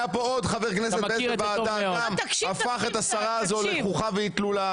היה פה עוד חבר כנסת שהפך את השרה הזאת לחוכא ואיטלולא,